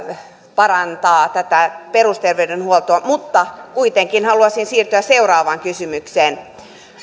parantaa tätä perusterveydenhuoltoa mutta kuitenkin haluaisin siirtyä seuraavaan kysymykseen